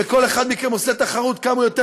וכל אחד מכם עושה תחרות כמה הוא יותר